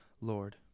Lord